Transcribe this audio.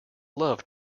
love